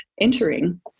entering